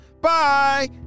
Bye